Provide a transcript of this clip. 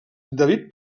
david